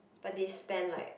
but they spend like